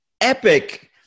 epic